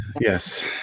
Yes